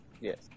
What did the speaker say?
Yes